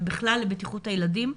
ובכלל לבטיחות הילדים,